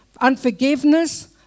Unforgiveness